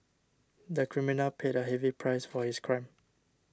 the criminal paid a heavy price for his crime